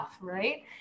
right